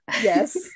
yes